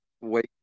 Wait